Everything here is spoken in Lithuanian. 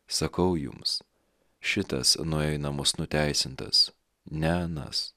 sakau jums šitas nuėjo į namus nuteisintas ne anas